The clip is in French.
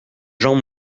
gens